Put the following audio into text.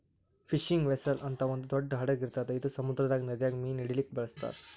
fishing vessel ಅಂತ್ ಒಂದ್ ದೊಡ್ಡ್ ಹಡಗ್ ಇರ್ತದ್ ಇದು ಸಮುದ್ರದಾಗ್ ನದಿದಾಗ್ ಮೀನ್ ಹಿಡಿಲಿಕ್ಕ್ ಬಳಸ್ತಾರ್